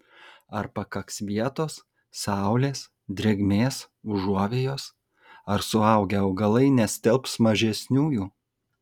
ar pakaks vietos saulės drėgmės užuovėjos ar suaugę augalai nestelbs mažesniųjų